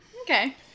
Okay